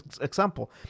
example